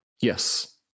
Yes